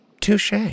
Touche